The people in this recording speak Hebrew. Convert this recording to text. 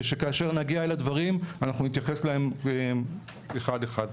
וכאשר נגיע לדברים אנחנו נתייחס אליהם אחד אחד.